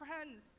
friends